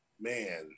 Man